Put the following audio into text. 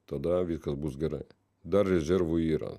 tada viskas bus gerai dar rezervų yra